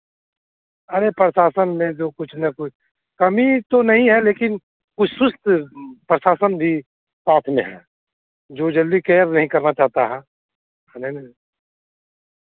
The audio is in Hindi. अरे प्रशासन ने जो कुछ ना कुछ कमी तो नहीं है लेकिन कुछ सुस्त प्रशासन भी साथ में है जो जल्दी केयर नहीं करना चाहता है हाँ नहीं नहीं